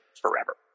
forever